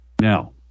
Now